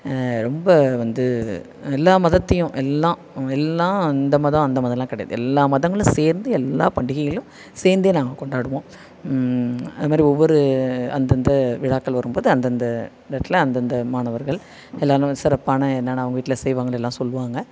ரொம்ப வந்து எல்லா மதத்தையும் எல்லாம் எல்லாம் இந்த மதம் அந்த மதமெல்லாம் கிடையாது எல்லா மதங்களும் சேர்ந்து எல்லா பண்டிகைகளையும் சேர்ந்தே நாங்கள் கொண்டாடுவோம் அது மாதிரி ஒவ்வொரு அந்தந்த விழாக்கள் வரும்போது அந்தந்த இந்த இடத்துல அந்தந்த மாணவர்கள் எல்லாேருமே சிறப்பான என்னென்ன அவங்க வீட்டில் செய்வாங்கன்னு எல்லாம் சொல்லுவாங்க